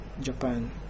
Japan